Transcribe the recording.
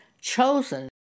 chosen